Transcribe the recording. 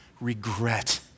regret